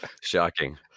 shocking